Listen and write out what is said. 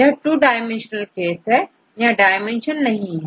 यह two dimensional case है यहां डायमेंशन नहीं है